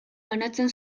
banatzen